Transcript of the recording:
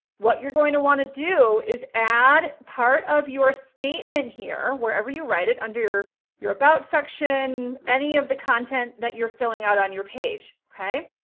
what you're going to want to do is add part of your statement here, wherever you write it under your, your about section, any of the content that you're filling out on your page. okay?